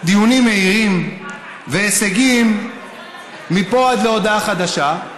דיונים מהירים והישגים מפה ועד להודעה חדשה,